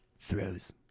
Throws